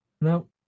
no